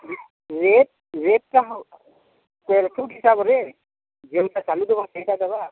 rate ରେଟ୍ଟା ହିସାବରେ ଯେଉଁଟା ଚାଲୁଥିବ ସେଇଟା ଦେବା